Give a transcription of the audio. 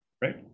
Right